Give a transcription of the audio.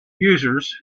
users